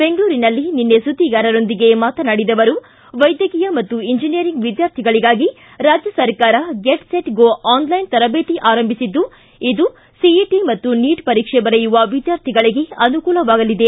ಬೆಂಗಳೂರಿನಲ್ಲಿ ನಿನ್ನೆ ಸುದ್ದಿಗಾರರೊಂದಿಗೆ ಮಾತನಾಡಿದ ಅವರು ವೈದ್ಯಕೀಯ ಮತ್ತು ಎಂಜಿನೀಯರಿಂಗ್ ವಿದ್ಯಾರ್ಥಿಗಳಿಗಾಗಿ ರಾಜ್ಯ ಸರ್ಕಾರ ಗೆಟ್ ಸೆಟ್ ಗೋ ಆನ್ಲೈನ್ ತರಬೇತಿ ಆರಂಭಿಸಿದ್ದು ಇದು ಸಿಇಟಿ ಮತ್ತು ನೀಟ್ ಪರೀಕ್ಷೆ ಬರೆಯುವ ವಿದ್ಯಾರ್ಥಿಗಳಿಗೆ ಅನುಕೂಲವಾಗಲಿದೆ